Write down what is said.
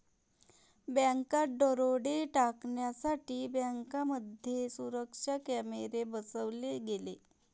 बँकात दरोडे टाळण्यासाठी बँकांमध्ये सुरक्षा कॅमेरे बसवले गेले